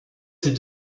ces